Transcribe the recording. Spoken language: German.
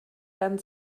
werden